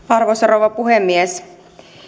arvoisa rouva puhemies